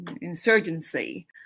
insurgency